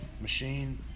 machine